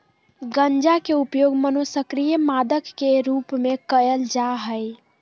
गंजा के उपयोग मनोसक्रिय मादक के रूप में कयल जा हइ